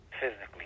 physically